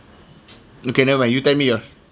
okay never mind you tell me yours